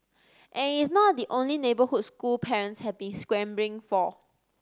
and it is not the only neighbourhood school parents have been scrambling for